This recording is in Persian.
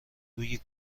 روی